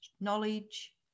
knowledge